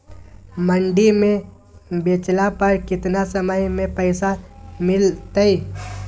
मंडी में बेचला पर कितना समय में पैसा मिलतैय?